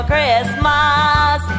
Christmas